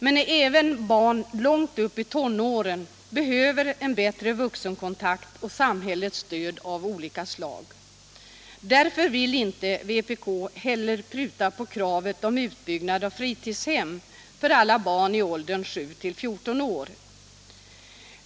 Men även barn långt upp i tonåren behöver en bättre vuxenkontakt och samhällets stöd av olika slag. Därför vill inte vpk heller pruta på kravet om utbyggnad av fritidshem för alla barn i åldern sju till fjorton år.